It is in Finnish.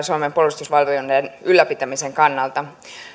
suomen puolustusvalmiuden ylläpitämisen kannalta